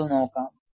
നമുക്ക് അത് നോക്കാം